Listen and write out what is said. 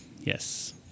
Yes